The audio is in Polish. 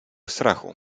strachu